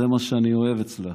זה מה שאני אוהב אצלך.